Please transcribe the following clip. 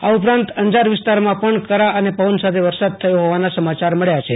આ ઉપરાંત અંજાર વિસ્તારમાં પણ કરા અને પવન સાથે વરસાદ થયો હોવાના સમાચાર મળ્યા છે